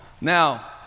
Now